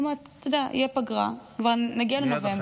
עוד מעט תהיה פגרה, כבר נגיע לנובמבר.